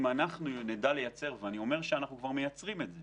אם נדע לייצר ואני אומר שאנחנו כבר מייצרים את זה